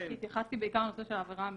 התייחסתי בעיקר לנושא של העבירה המנהלית.